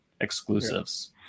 exclusives